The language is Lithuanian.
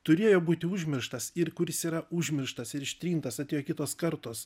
turėjo būti užmirštas ir kuris yra užmirštas ir ištrintas atėjo kitos kartos